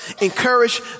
Encourage